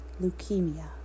Leukemia